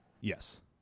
yes